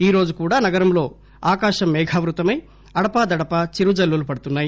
ఈరోజు కూడా నగరంలో ఆకాశం మేఘావృతమై అడపా దడపా చిరుజల్లులు పడుతున్నాయి